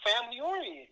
family-oriented